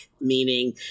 meaning